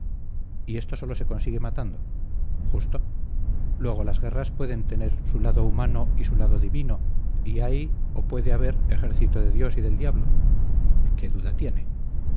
y esto sólo se consigue matando justo luego las guerras pueden tener su lado humano y su lado divino y hay o puede haber ejército de dios y del diablo qué duda tiene